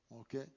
Okay